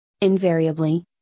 Invariably